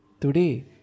today